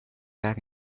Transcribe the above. back